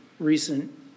Recent